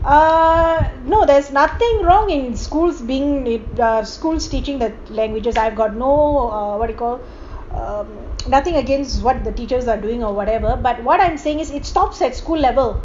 uh no there's nothing wrong in schools being schools teaching the languages I've got no err what you call a nothing against what the teachers are doing or whatever but what I'm saying is it stops at school level